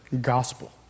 gospel